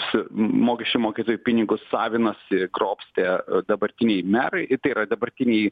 su mokesčių mokėtojų pinigus savinasi grobstė dabartiniai merai tai yra dabartiniai